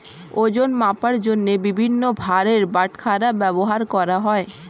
ওজন মাপার জন্য বিভিন্ন ভারের বাটখারা ব্যবহার করা হয়